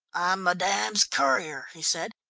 i'm madame's courier, he said,